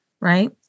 right